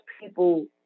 people